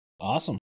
Awesome